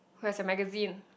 where is the magazine